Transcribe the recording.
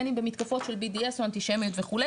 בין אם במתקפות של בי.די.אס או אנטישמיות וכו'.